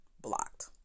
blocked